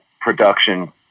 production